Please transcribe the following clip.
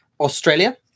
Australia